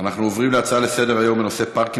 אנחנו עוברים להצעה לסדר-היום בנושא: פארקים